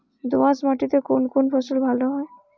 দোঁয়াশ মাটিতে কোন কোন ফসল ভালো হয়?